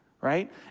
right